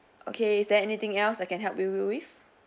okay is there anything else I can help you with